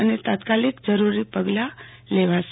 અને તાત્કાલિક જરૂરી પગલાં લેવામાં આવશે